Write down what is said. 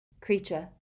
Creature